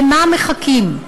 למה מחכים?